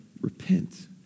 repent